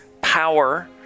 power